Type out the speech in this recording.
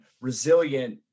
resilient